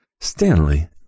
Stanley